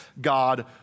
God